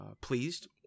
pleased